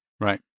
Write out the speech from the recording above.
Right